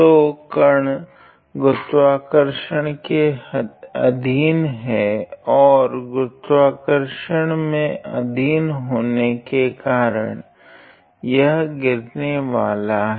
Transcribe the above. तो कण गुरुत्वार्षण के अधीन है और गुरुत्वाकर्षण में अधीन होने के कारण यह गिरने वाला है